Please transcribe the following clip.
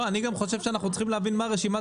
אני גם חושב שאנחנו צריכים להבין מה רשימת